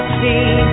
see